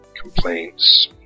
complaints